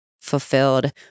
fulfilled